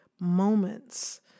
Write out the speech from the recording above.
moments